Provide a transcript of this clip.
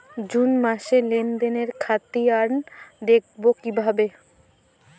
June মাসের লেনদেনের খতিয়ান দেখবো কিভাবে?